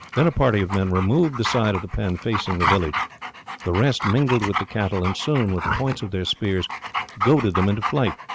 then a party of men removed the side of the pen facing the village the rest mingled with the cattle, and soon with the points of their spears goaded them into flight.